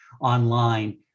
online